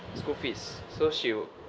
school fees so she